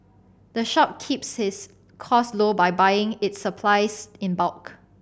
the shop keeps its costs low by buying its supplies in bulk